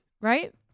right